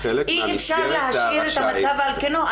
אי אפשר להשאיר את המצב על כנו.